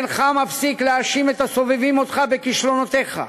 אינך מפסיק להאשים את הסובבים אותך בכישלונותיך,